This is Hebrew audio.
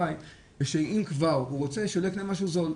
אחראי שאם כבר הוא רוצה שלא יקנה משהו זול,